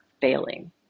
failing